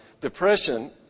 Depression